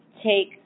take